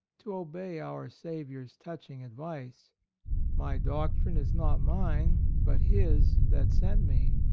to obey our saviour's touching advice my doctrine is not mine but his that sent me.